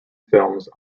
films